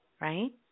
Right